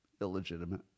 illegitimate